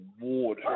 Award